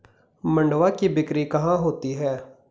मंडुआ की बिक्री कहाँ होती है?